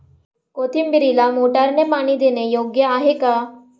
कोथिंबीरीला मोटारने पाणी देणे योग्य आहे का?